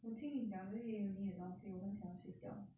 我听你讲这些 uni 的东西我很想睡觉